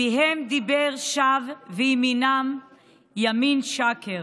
"פיהם דבר שוא וימינם ימין שקר"